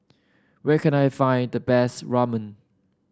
where can I find the best Ramen